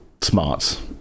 smarts